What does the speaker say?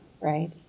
right